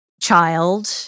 child